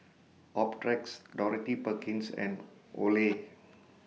Optrex Dorothy Perkins and Olay